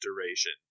duration